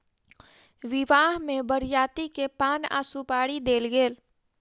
विवाह में बरियाती के पान आ सुपारी देल गेल